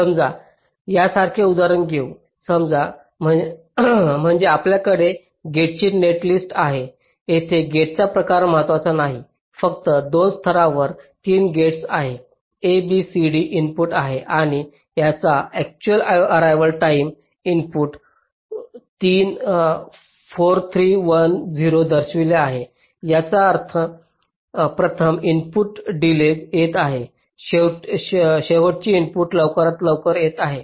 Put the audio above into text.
समजा यासारखे उदाहरण घेऊ समजा म्हणजे आपल्याकडे गेटची नेटलिस्ट आहे येथे गेटचा प्रकार महत्वाचा नाही फक्त 2 स्तरावर 3 गेट्स आहेत a b c d input आहेत आणि याचा अक्चुअल अर्रेवाल टाईमहे इनपुट 4 3 1 0 दर्शविले आहेत याचा अर्थ प्रथम इनपुट डिलेज येत आहे शेवटचे इनपुट लवकरात लवकर येत आहे